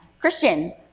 Christian